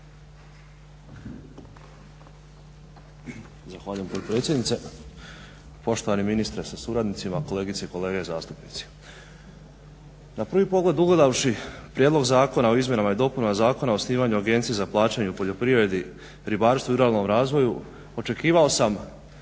Zahvaljujem potpredsjednice. Poštovani ministre sa suradnicima, kolegice i kolege zastupnici. Na prvi pogled ugledavši Prijedlog zakona o izmjenama i dopunama Zakona o osnivanju agencije za plaćanje u poljoprivredi, ribarstvu i ruralnom razvoju očekivao sam